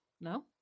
No